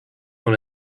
dans